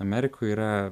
amerikoj yra